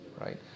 right